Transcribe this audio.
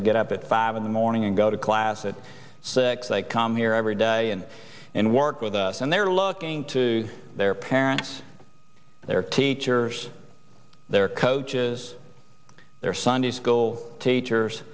i get up at five in the morning and go to class at six they come here every day and and work with us and they're looking to their parents their teachers their coaches their sunday school teachers